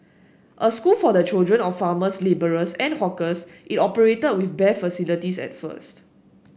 a school for the children of farmers labourers and hawkers it operated with bare facilities at first